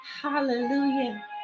Hallelujah